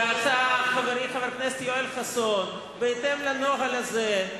ואתה, חברי חבר הכנסת יואל חסון, בהתאם לנוהל הזה,